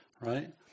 right